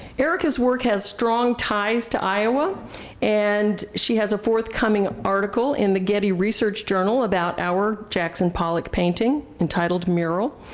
erika's work has strong ties to iowa and she has a forthcoming article in the getty research journal about our jackson pollack painting, entitled mural.